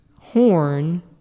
horn